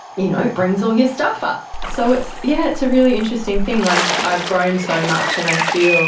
you know it brings all your stuff up. so it's yeah it's a really interesting thing. like i've grown so much and i feel